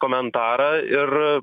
komentarą ir